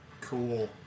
cool